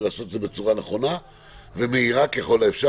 ולעשות את זה בצורה נכונה ומהירה ככל האפשר